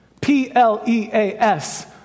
P-L-E-A-S